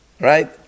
right